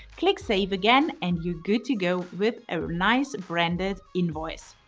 click save again, and you're good to go with a nice branded invoice.